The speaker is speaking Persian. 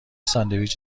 ساندویچ